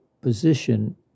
position